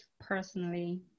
Personally